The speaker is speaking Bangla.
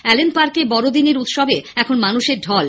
অ্যালেন পার্কে বড়দিনের উৎসবে এখন মানুষের ঢল